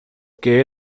que